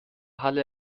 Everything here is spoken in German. halle